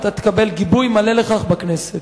ואתה תקבל גיבוי מלא לכך בכנסת.